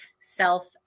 self